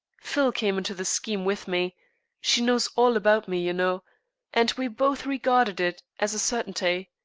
phil came into the scheme with me she knows all about me, you know and we both regarded it as a certainty.